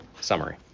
summary